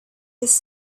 his